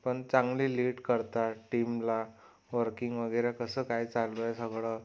पण चांगले लीड करतात टीमला वर्किंग वगैरे कसं काय चालू आहे सगळं